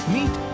Meet